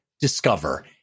discover